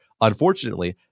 Unfortunately